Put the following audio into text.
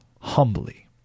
Humbly